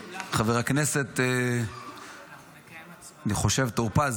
אני חושב שחבר הכנסת טור פז